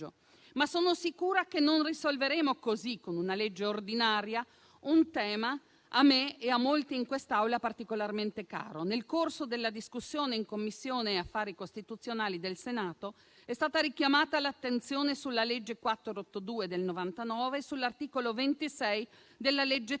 Ma sono sicura che non risolveremo così, con una legge ordinaria, un tema a me e a molti in quest'Aula particolarmente caro. Nel corso della discussione in Commissione affari costituzionali del Senato è stata richiamata l'attenzione sulla legge n. 482 del 1999 e sull'articolo 26 della legge n.